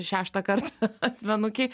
šeštą kartą asmenukei